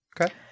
Okay